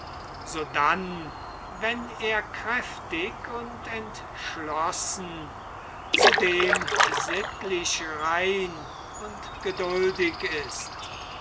sodann wenn er kräftig und entschlossen zudem sittlich rein und geduldig ist